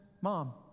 mom